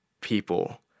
people